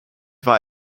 war